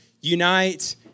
unite